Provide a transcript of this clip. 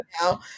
now